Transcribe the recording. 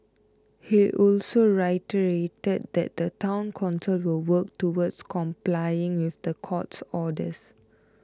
he also reiterated that the Town Council will work towards complying with the court's orders